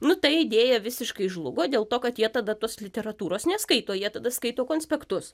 nu ta idėja visiškai žlugo dėl to kad jie tada tos literatūros neskaito jie tada skaito konspektus